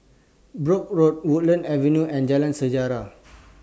Brooke Road Woodlands Avenue and Jalan Sejarah